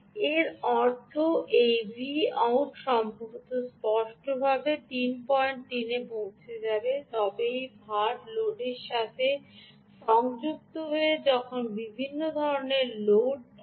এর অর্থ এই Vout সম্ভবত স্পষ্টভাবে 33 এ পৌঁছে যাবে তবে এই ভারটি লোডের সাথে সংযুক্ত হয়ে যখন বিভিন্ন ধরণের লোড সংযুক্ত থাকে